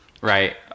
Right